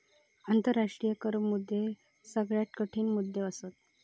आंतराष्ट्रीय कर मुद्दे सगळ्यात कठीण मुद्दे असत